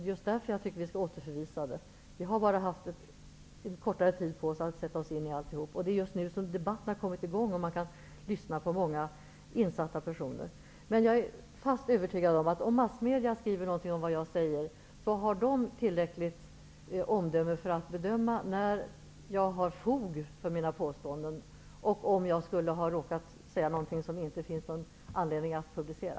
Det är just därför jag tycker att vi skall återförvisa det. Vi har bara haft kort tid på oss att sätta oss in i detta. Det är ju först nu som debatten har kommit i gång så att man kan lyssna på många insatta personer. Jag är övertygad om att om massmedia skriver något om vad jag sagt har de tillräckligt omdöme för att avgöra när jag har fog för mina påståenden, och om jag skulle ha råkat säga något som det inte finns anledning att publicera.